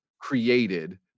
created